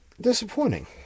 Disappointing